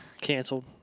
Canceled